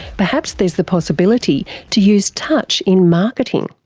perhaps there's the possibility to use touch in marketing.